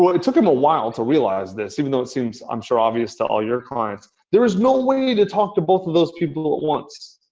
but it took him a while to realize this, even though it seems and um so obvious to all your clients. there was no way to talk to both of those people at once.